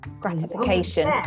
gratification